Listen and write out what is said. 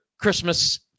christmas